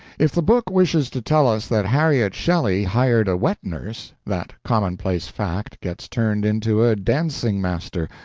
if the book wishes to tell us that harriet shelley hired a wet-nurse, that commonplace fact gets turned into a dancing-master,